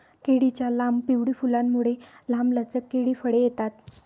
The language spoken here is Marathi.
केळीच्या लांब, पिवळी फुलांमुळे, लांबलचक केळी फळे येतात